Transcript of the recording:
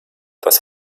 das